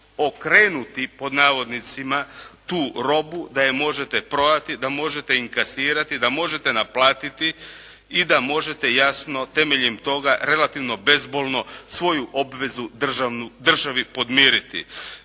okrenuti pod navodnicima tu robu, da je možete prodati, da možete inkasirati, da možete naplatiti i da možete jasno temeljem toga relativno bezbolno svoju obvezu državi podmiriti.